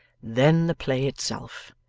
then the play itself!